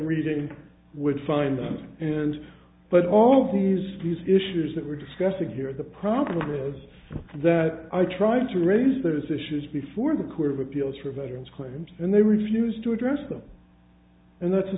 reading would find them and but all these these issues that we're discussing here the problem is that i tried to raise there's issues before the court of appeals for veterans claims and they refused to address them and that's the